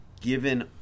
given